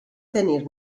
tenir